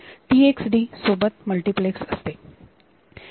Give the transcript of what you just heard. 1 ही TxD सोबत multiplex असते